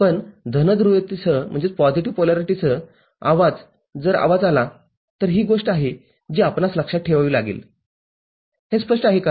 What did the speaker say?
पणधन ध्रुवीयतेसह आवाज जर आवाज आला तर ही गोष्ट आहे जी आपणास लक्षात ठेवावी लागेलहे स्पष्ट आहे का